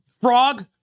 frog